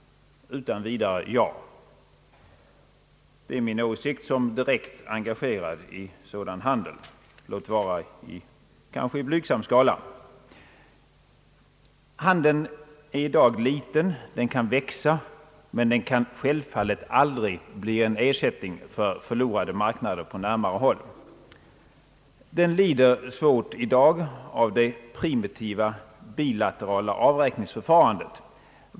Utan vidare: ja! Det är min åsikt, som direkt engagerad i sådan handel, låt vara kanske i blygsam skala. Handeln är i dag liten. Den kan växa men den kan självfallet aldrig bli en ersättning för förlorade marknader på närmare håll. Den lider svårt i dag av det primitiva bilaterala avräkningsför farandet.